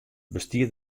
bestiet